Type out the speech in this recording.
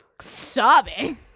Sobbing